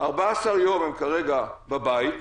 14 יום הם כרגע בבית,